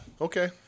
Okay